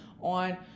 on